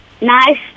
nice